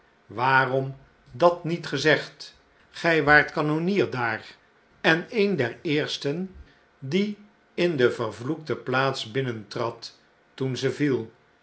waarom dat niet gezegd gij waart kanonnier daar en een der eersten die in de vervloekte plaats binnentrad toen ze viel